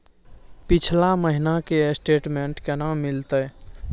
पिछला महीना के स्टेटमेंट केना मिलते?